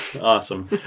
Awesome